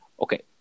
Okay